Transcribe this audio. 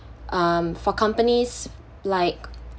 um for companies like